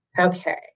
okay